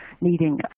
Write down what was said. needing